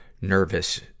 nervous